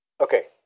Okay